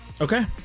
Okay